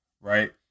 right